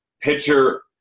pitcher